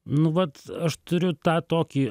nu vat aš turiu tą tokį